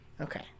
Okay